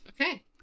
Okay